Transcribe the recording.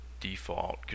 default